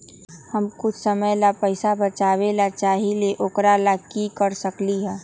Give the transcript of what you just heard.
हम कुछ समय ला पैसा बचाबे के चाहईले ओकरा ला की कर सकली ह?